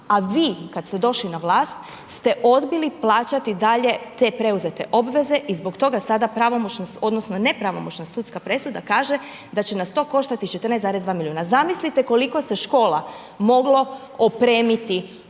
A vi kada ste došli na vlast ste odbili plaćati dalje te preuzete obveze i zbog toga sada pravomoćna, odnosno nepravomoćna sudska presuda kaže da će nas to koštati 14,2 milijuna. Zamislite koliko se škola moglo opremiti,